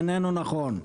היא איננה נכונה.